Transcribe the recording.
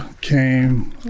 came